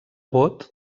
vot